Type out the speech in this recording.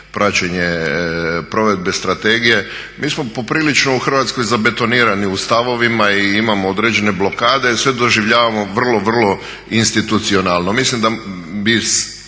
praćenje provedbe strategije? Mi smo poprilično u Hrvatskoj zabetonirani u stavovima i imamo određene blokade, sve doživljavamo vrlo, vrlo institucionalno. Mislim da bi